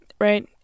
right